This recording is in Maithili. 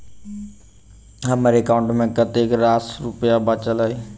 हम्मर एकाउंट मे कतेक रास रुपया बाचल अई?